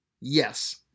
yes